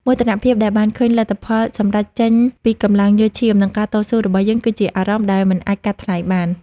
មោទនភាពដែលបានឃើញលទ្ធផលសម្រេចចេញពីកម្លាំងញើសឈាម និងការតស៊ូរបស់យើងគឺជាអារម្មណ៍ដែលមិនអាចកាត់ថ្លៃបាន។